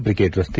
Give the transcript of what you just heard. brigade ರಸ್ತೆ